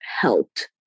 helped